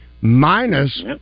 minus